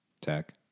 Tech